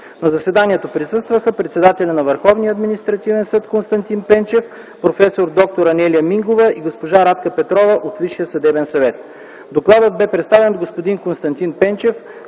На заседанието присъстваха председателят на Върховния административен съд Константин Пенчев, проф. д-р Анелия Мингова и госпожа Радка Петрова от Висшия съдебен съвет. Докладът бе представен от господин Константин Пенчев,